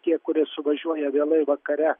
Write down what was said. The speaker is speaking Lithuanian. tie kurie suvažiuoja vėlai vakare